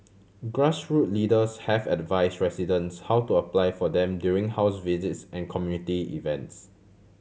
grassroot leaders have advise residents how to apply for them during house visits and community events